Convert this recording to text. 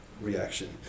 reaction